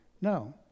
No